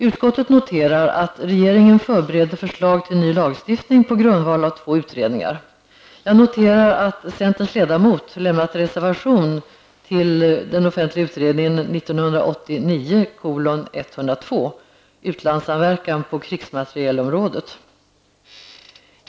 Utskottet noterar att regeringen förbereder förslag till ny lagstiftning på grundval av två utredningar. Jag noterar vidare att centerns ledamot lämnat reservation till den offentliga utredningen SOU 1989:102 Utlandssamverkan på krigsmaterielområdet.